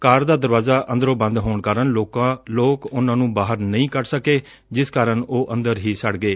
ਕਾਰ ਦਾ ਦਰਵਾਜਾ ਅੰਦਰੋਂ ਬੰਦ ਹੋਣ ਕਾਰਨ ਲੋਕ ਉਨਾਂ ਨੰ ਬਾਹਰ ਨਹੀਂ ਕੱਢ ਸਕੇ ਜਿਸ ਕਾਰਨ ਉਹ ਅੰਦਰ ਹੀ ਸੜ ਗਏ